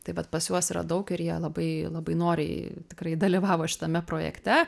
taip vat pas juos yra daug ir jie labai labai noriai tikrai dalyvavo šitame projekte